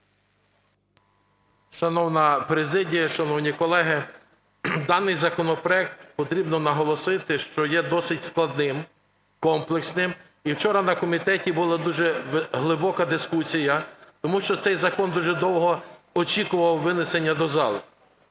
Шановна президія, шановні колеги! Даний законопроект, потрібно наголосити, що є досить складним, комплексним, і вчора на комітеті була дуже глибока дискусія, тому що цей закон дуже довго очікував винесення до залу.